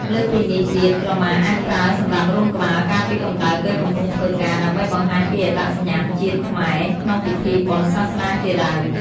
លើសពីនេះទៀត ក្រមាអាចប្រើសម្រាប់រុំក្បាល ការពារកម្ដៅពេលកំពុងធ្វើការ ដើម្បីបង្ហាញពីអត្តសញ្ញាណជាខ្មែរ ក្នុងពិធីបុណ្យសាសនាជាដើម។